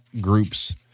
group's